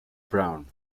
brown